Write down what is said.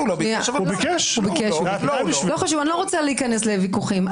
--- לא רוצה להיכנס לוויכוחים.